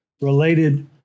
related